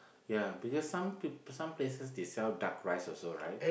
ya because some people some places they sell duck rice also right